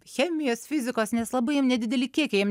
chemijos fizikos nes labai jiem nedideli kiekiai jiem